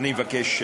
אני מבקש,